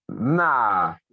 Nah